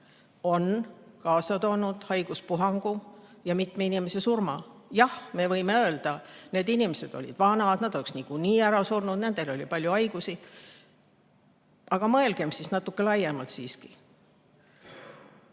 on kaasa toonud haiguspuhangu ja mitme inimese surma. Jah, me võime öelda, need inimesed olid vanad, nad oleks nagunii ära surnud, nendel oli palju haigusi jne. Aga mõelgem siiski natuke laiemalt.